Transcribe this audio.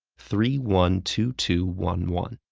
three, one, two, two, one, one.